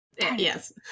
yes